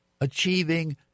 achieving